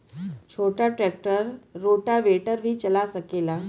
छोटा tractor rotavator भी चला सकेला?